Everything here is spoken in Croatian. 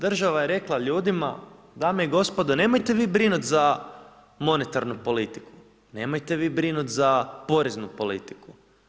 Država je rekla ljudima, dame i gospodo, nemojte vi brinuti za monetarnu politiku, nemojte vi brinuti za poreznu politiku.